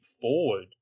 Forward